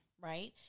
right